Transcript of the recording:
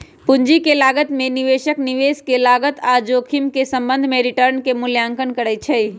पूंजी के लागत में निवेशक निवेश के लागत आऽ जोखिम के संबंध में रिटर्न के मूल्यांकन करइ छइ